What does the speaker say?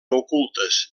ocultes